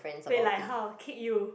wait like how kick you